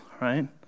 right